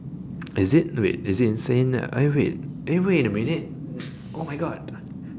is it wait is it insane eh wait eh wait a minute oh my god